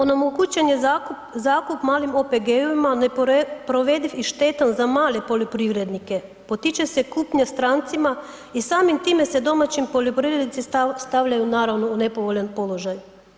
Onemogućen je zakup malim OPG-ovima, neprovediv i štetan za male poljoprivrednike, potiče se kupnja strancima i samim time se domaći poljoprivrednici stavljaju u nepovoljan položaj.